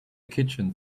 kitchen